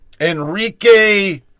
Enrique